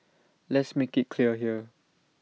let's make IT clear here